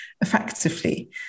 effectively